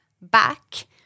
back